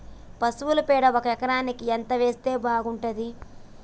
పశువుల పేడ ఒక ఎకరానికి ఎంత వేస్తే బాగుంటది?